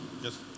Yes